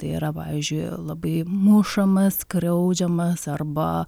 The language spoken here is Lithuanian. tai yra pavyzdžiui labai mušamas skriaudžiamas arba